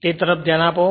તે તરફ ધ્યાન આપો